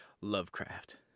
lovecraft